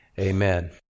Amen